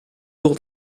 doel